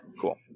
cool